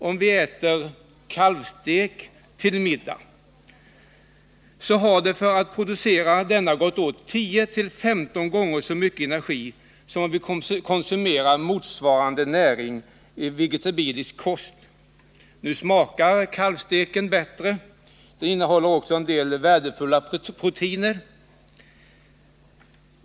För att producera den kalvstek vi gärna äter till middag har det gått åt 10 å 15 gånger så mycket energi som om vi konsumerar motsvarande näring i form av vegetabilisk kost. Nu smakar kalvsteken bättre, och den innehåller också en del värdefulla proteiner.